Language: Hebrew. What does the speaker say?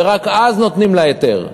ורק אז נותנים לה היתר.